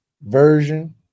version